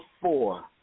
four